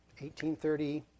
1830